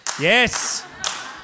Yes